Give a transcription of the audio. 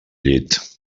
llit